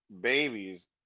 babies